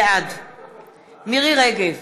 בעד מירי רגב,